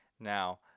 Now